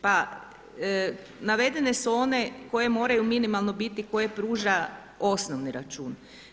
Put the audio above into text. Pa navedene su one koje moraju minimalno biti koje pruža osnovni račun.